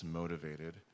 motivated